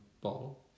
bottle